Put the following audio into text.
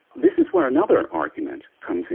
this is where another argument comes in,